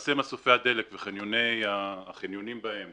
למעשה מסופי הדלק והחניונים בהם,